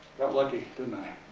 got lucky, didn't i?